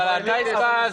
אבל הייתה עסקה,